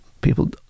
people